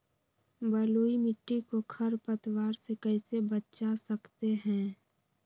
बलुई मिट्टी को खर पतवार से कैसे बच्चा सकते हैँ?